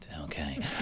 okay